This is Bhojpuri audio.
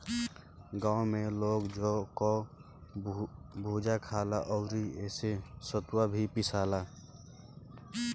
गांव में लोग जौ कअ भुजा खाला अउरी एसे सतुआ भी पिसाला